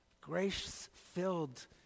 grace-filled